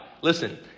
Listen